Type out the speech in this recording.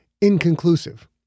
inconclusive